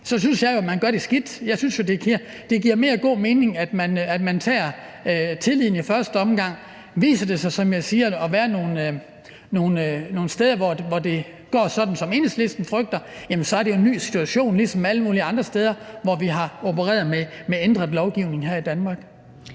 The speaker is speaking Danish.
så synes jeg jo, at man gør det skidt. Jeg synes jo, det giver mere god mening, at man har tilliden i første omgang. Viser der sig, som jeg siger, så at være nogle steder, hvor det går sådan, som Enhedslisten frygter, så er det jo en ny situation ligesom alle mulige andre steder, hvor vi har opereret med en ændret lovgivning her i Danmark.